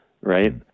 right